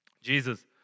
Jesus